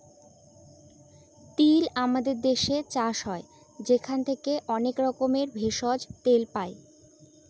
তিল আমাদের দেশে চাষ হয় সেখান থেকে অনেক রকমের ভেষজ, তেল পাই